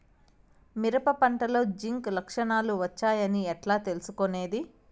మిరప పంటలో జింక్ లక్షణాలు వచ్చాయి అని ఎట్లా తెలుసుకొనేది?